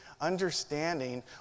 understanding